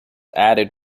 added